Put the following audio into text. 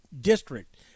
district